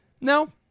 no